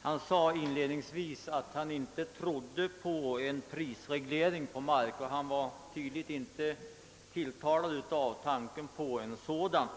Han sade inledningsvis att han inte trodde på en prisreglering på mark, och han var tydligen inte tilltalad av tanken på en sådan.